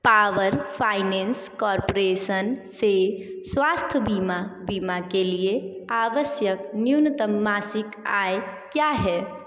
power finance corporation से स्वास्थ्य बीमा बीमा के लिए आवश्यक न्यूनतम मासिक आय क्या है